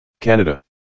Canada